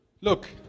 Look